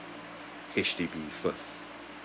H_D_B first